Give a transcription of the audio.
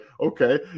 okay